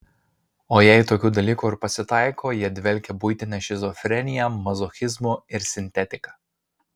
o jei tokių dalykų ir pasitaiko jie dvelkia buitine šizofrenija mazochizmu ir sintetika